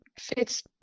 fits